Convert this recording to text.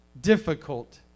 difficult